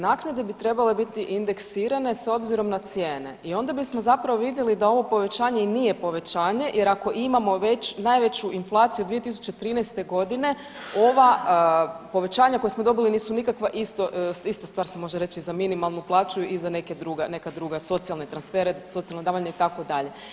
Naknade bi trebale biti indeksirane s obzirom na cijene i onda bismo zapravo vidjeli da ovo povećanje i nije povećanje jer ako imamo već, najveću inflaciju od 2013. g. ova povećanja koja smo dobili nisu nikakva isto, ista stvar se može reći i za minimalnu plaću i za neke druge, neka druga socijalne transfere, socijalna davanja, itd.